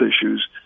issues